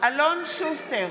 אלון שוסטר,